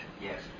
Yes